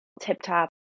tip-top